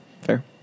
fair